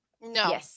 No